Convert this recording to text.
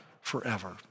forever